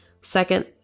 Second